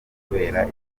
kubera